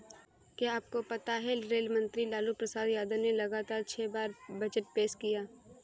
क्या आपको पता है रेल मंत्री लालू प्रसाद यादव ने लगातार छह बार बजट पेश किया?